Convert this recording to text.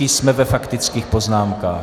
Jsme ve faktických poznámkách.